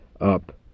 up